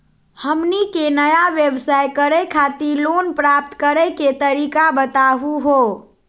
हमनी के नया व्यवसाय करै खातिर लोन प्राप्त करै के तरीका बताहु हो?